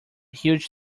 huge